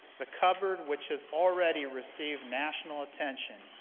the cupboard, which has already received national attention,